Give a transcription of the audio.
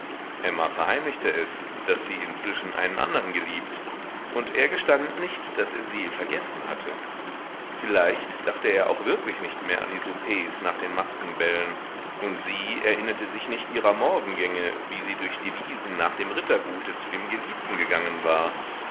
emma verheimlichte es daß sie inzwischen einen andern geliebt und er gestand nicht daß er sie vergessen hatte vielleicht dachte er auch wirklich nicht mehr an die soupers nach den maskenbällen und sie erinnerte sich nicht ihrer morgengänge wie sie durch die wiesen nach dem rittergute zu dem geliebten gegangen war